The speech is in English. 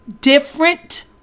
different